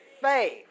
faith